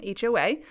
HOA